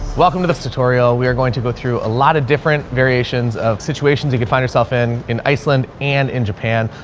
welcome to this tutorial. we are going to go through a lot of different variations of situations you can find yourself in, in iceland and in japan.